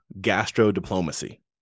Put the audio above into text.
gastro-diplomacy